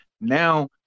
Now